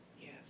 Yes